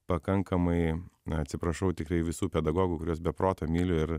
pakankamai na atsiprašau tikrai visų pedagogų kuriuos be proto myliu ir